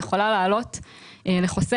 יכולה לעלות לחוסך,